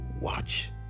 Watch